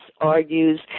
argues